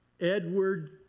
Edward